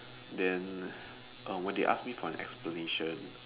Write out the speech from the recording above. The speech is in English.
then uh when they ask me for an explanation